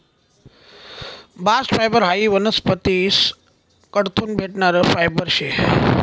bast fibre हायी वनस्पतीस कडथून भेटणारं फायबर शे